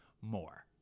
more